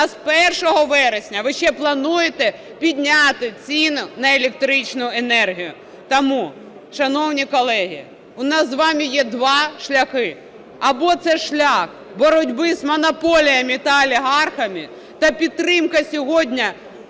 а з 1 вересня ви ще плануєте підняти ціну на електричну енергію. Тому, шановні колеги, у нас з вами є два шляхи. Або це шлях боротьби з монополіями та олігархами та підтримка сьогодні